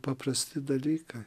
paprasti dalykai